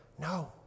No